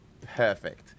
perfect